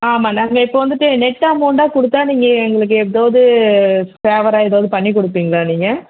ஆமாம் நாங்கள் இப்போ வந்துட்டு நெட்டு அமௌண்ட்டாக கொடுத்தா நீங்கள் எங்களுக்கு ஏதாவது ஃபேவராக ஏதாவது பண்ணி கொடுப்பீங்களா நீங்கள்